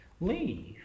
Leave